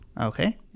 Okay